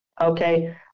Okay